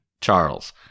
Charles